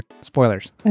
spoilers